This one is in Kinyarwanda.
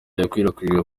yakwirakwijwe